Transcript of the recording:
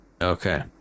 Okay